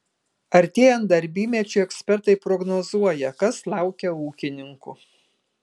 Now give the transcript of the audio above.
artėjant darbymečiui ekspertai prognozuoja kas laukia ūkininkų